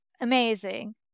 amazing